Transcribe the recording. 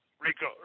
Rico